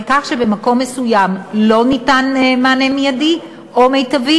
על כך שבמקום מסוים לא ניתן מענה מיידי או מיטבי,